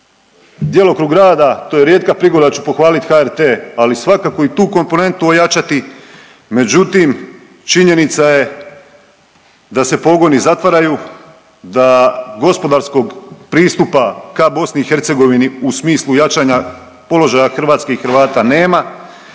djelokrug rada, to je rijetka prigoda da ću pohvaliti HRT, ali svakako i tu komponentu ojačati. Međutim, činjenica je da se pogoni zatvaraju, da gospodarskog pristupa ka BiH u smislu jačanja položaja hrvatskih Hrvata nema.